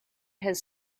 his